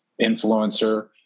influencer